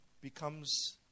becomes